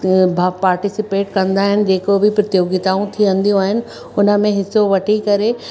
भाॻु पार्टिसिपेट कंदा आहिनि जेको बि प्रोतियोगिताऊं थींदियूं आहिनि हुन में हिसो वठी करे